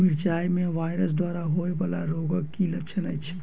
मिरचाई मे वायरस द्वारा होइ वला रोगक की लक्षण अछि?